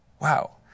Wow